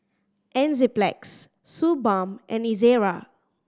Enzyplex Suu Balm and Ezerra